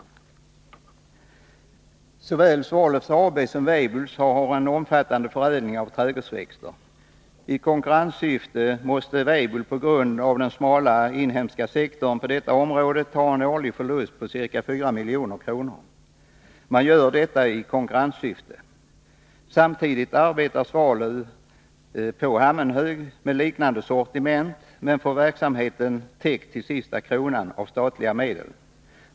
Såväl Svalöf AB som Weibulls har en omfattande förädling av trädgårdsväxter. I konkurrenssyfte måste Weibull på grund av den smala inhemska sektorn på detta område ta en årlig förlust på ca 400 milj.kr. Man gör detta i konkurrenssyfte. Samtidigt arbetar Svalöf på Hammenhög med liknande sortiment, men får verksamheten täckt till sista kronan av statliga medel.